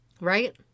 Right